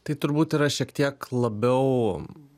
tai turbūt yra šiek tiek labiau